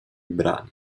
brani